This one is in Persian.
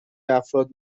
افراد